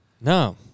No